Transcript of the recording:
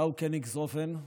גאוקניגסהופן,